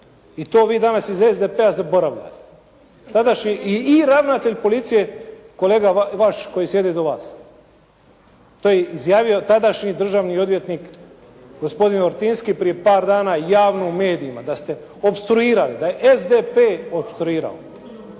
I to vi danas iz SDP-a zaboravljate. Tadašnji i ravnatelj policije kolega vaš koji sjedi do vas. To je izjavio tadašnji državni odvjetnik gospodin OrtinskJOSIP FRIŠČIĆ: prije par dana javno u medijima. Da ste opstruirali, da je SDP opstruirao.